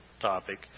topic